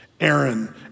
Aaron